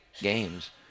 games